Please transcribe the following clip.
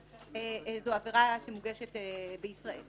זו עבירה שמוגשת בישראל.